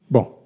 Bom